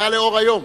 זה היה לאור היום.